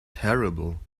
terrible